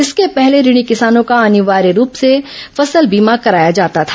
इसके पहले ऋणी किसानों का अनिवार्य रूप से फसल बीमा कराया जाता था